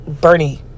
Bernie